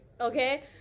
Okay